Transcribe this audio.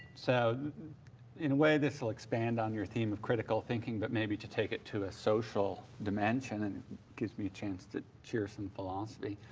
so in a way, this'll expand on your theme of critical thinking but maybe to take it to a social dimension and gives me a chance to cheer some philosophy.